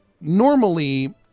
normally